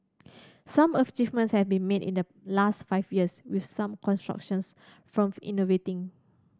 some achievements have been made in the last five years with some constructions firms innovating